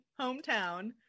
hometown